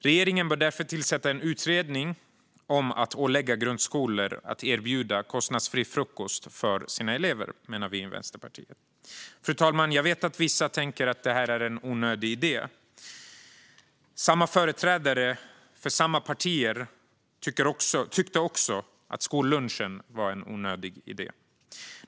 Regeringen bör därför tillsätta en utredning om att ålägga grundskolor att erbjuda kostnadsfri frukost för sina elever, menar vi i Vänsterpartiet. Fru talman! Jag vet att vissa tänker att detta är en onödig idé. Det är företrädare för samma partier som tyckte att skollunchen var en onödig idé.